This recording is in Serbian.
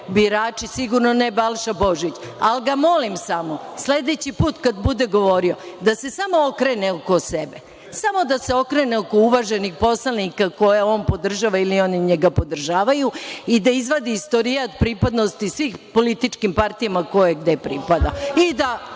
birači, sigurno ne Balša Božović. Ali, samo ga molim, sledeći put kada bude govorio, da se samo okrene oko sebe, samo da se okrene oko uvaženih poslanika koje on podržava ili oni njega podržavaju, i da izvadi istorijat pripadnosti svih političkih partija ko je gde pripadao